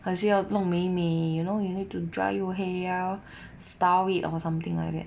还是要弄美美 you know you need to dry your hair 要 style it or something like that